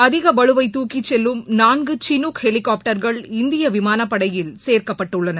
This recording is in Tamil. அதிக பளுவை தூக்கிச்செல்லும் நான்கு சினுக் ஹெலிகாப்டர்கள் இந்திய விமானப் படையில் சேர்க்கப்பட்டுள்ளன